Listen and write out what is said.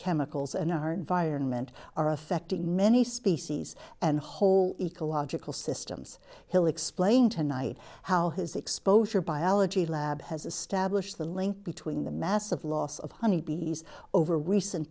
chemicals in our environment are affecting many species and whole ecological systems hill explained tonight how his exposure biology lab has established the link between the massive loss of honeybees over recent